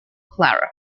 clara